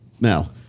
Now